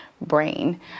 brain